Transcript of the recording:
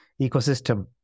ecosystem